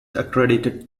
accredited